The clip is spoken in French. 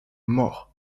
mort